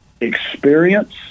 experience